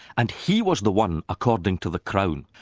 and he was the one, according to the crown,